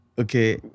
Okay